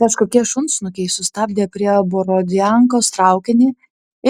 kažkokie šunsnukiai sustabdė prie borodiankos traukinį